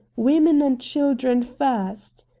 women and children first!